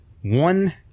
one